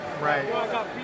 Right